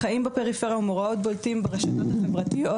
חיים בפריפריה ומאורעות בולטים ברשתות החברתיות.